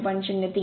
०3